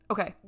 Okay